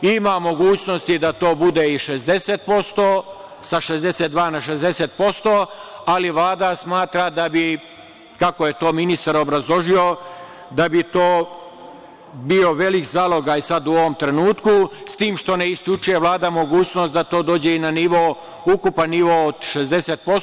Ima mogućnosti da to bude i 60%, sa 62 na 60%, ali Vlada smatra da bi to, kako je to ministar obrazložio, bio veliki zalogaj sada u ovom trenutku, s tim što ne isključuje Vlada mogućnost da to dođe i na ukupan nivo od 60%